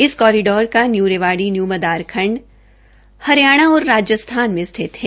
इस कोरिडोर का new Rewari new Madar खंड हरियाणा और राजस्थान में स्थित है